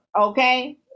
okay